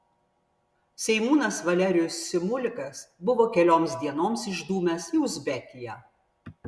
seimūnas valerijus simulikas buvo kelioms dienoms išdūmęs į uzbekiją